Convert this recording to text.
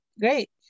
Great